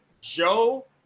Joe